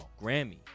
Grammy